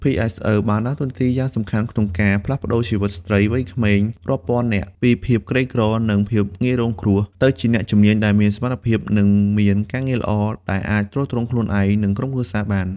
PSE បានដើរតួនាទីយ៉ាងសំខាន់ក្នុងការ ផ្លាស់ប្តូរជីវិតស្ត្រីវ័យក្មេងរាប់ពាន់នាក់ ពីភាពក្រីក្រ និងភាពងាយរងគ្រោះ ទៅជាអ្នកជំនាញដែលមានសមត្ថភាព និងមានការងារល្អ ដែលអាចទ្រទ្រង់ខ្លួនឯង និងក្រុមគ្រួសារបាន។